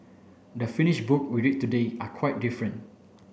the finish book we read today are quite different